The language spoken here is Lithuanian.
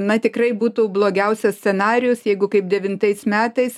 na tikrai būtų blogiausias scenarijus jeigu kaip devintais metais